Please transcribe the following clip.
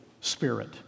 Spirit